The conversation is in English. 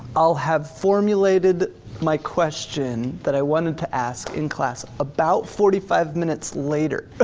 i'll have formulated my question that i wanted to ask in class about forty five minutes later. ah